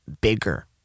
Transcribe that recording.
bigger